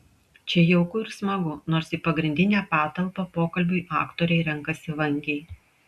čia jauku ir smagu nors į pagrindinę patalpą pokalbiui aktoriai renkasi vangiai